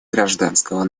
гражданского